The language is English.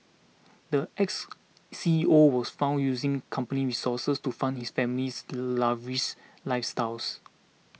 the ex C E O was found using company resources to fund his family's lavish lifestyles